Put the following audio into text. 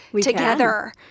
together